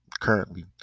currently